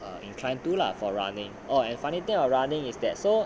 err inclined to lah for running oh and funny thing about running is that so